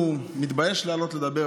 תועדה ודוברה